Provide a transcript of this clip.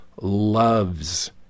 loves